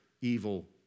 evil